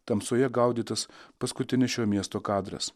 tamsoje gaudytas paskutinis šio miesto kadras